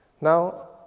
Now